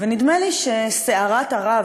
נדמה לי ש"סערת הרב",